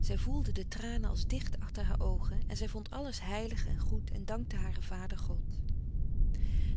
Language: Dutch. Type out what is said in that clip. zij voelde de tranen als dicht achter haar oogen en zij vond alles heilig en goed en dankte haren vader god